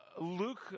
Luke